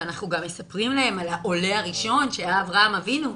ואנחנו גם מספרים להם על העולה הראשון שהיה אברהם אבינו,